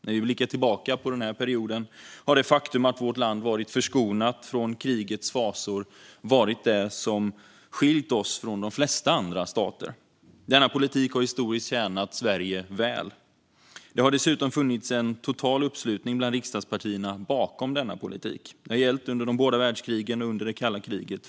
När vi blickar tillbaka på denna period kan vi konstatera att det faktum att vårt land har varit förskonat från krigets fasor har varit det som skilt oss från de flesta andra stater. Denna politik har historiskt tjänat Sverige väl. Det har dessutom funnits en total uppslutning bland riksdagspartierna bakom denna politik. Det har gällt under de båda världskrigen och under kalla kriget.